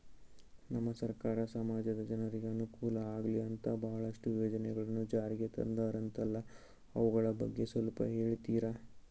ನಮ್ಮ ಸರ್ಕಾರ ಸಮಾಜದ ಜನರಿಗೆ ಅನುಕೂಲ ಆಗ್ಲಿ ಅಂತ ಬಹಳಷ್ಟು ಯೋಜನೆಗಳನ್ನು ಜಾರಿಗೆ ತಂದರಂತಲ್ಲ ಅವುಗಳ ಬಗ್ಗೆ ಸ್ವಲ್ಪ ಹೇಳಿತೀರಾ?